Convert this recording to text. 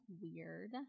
weird